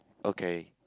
okay